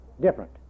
different